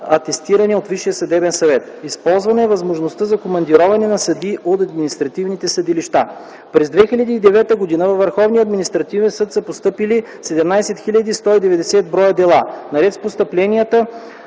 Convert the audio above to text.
атестиране от Висшия съдебен съвет. Използвана е възможността за командироване на съдии от административните съдилища. През 2009 г. във Върховния административен съд са постъпили 17 190 броя дела. Наред с постъпленията